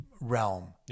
realm